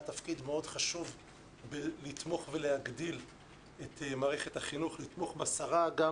תפקיד מאוד חשוב לתמוך ולהגדיל את מערכת החינוך לתמוך בשרה גם